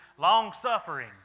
Long-suffering